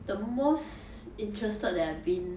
the most interested that I've been